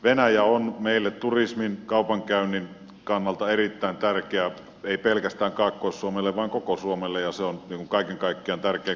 venäjä on meille turismin kaupankäynnin kannalta erittäin tärkeä ei pelkästään kaakkois suomelle vaan koko suomelle ja se on kaiken kaikkiaan tärkeä kauppakumppani